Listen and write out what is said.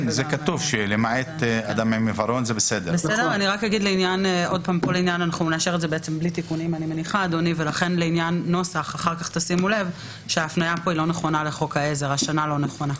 אני רק אעיר שההפניה לחוק העזר לא נכונה,